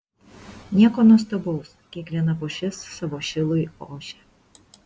nieko nuostabaus kiekviena pušis savo šilui ošia